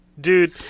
dude